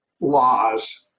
laws